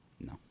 No